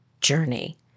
journey